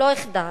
לא אחדל.